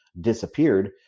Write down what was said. disappeared